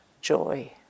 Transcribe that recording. joy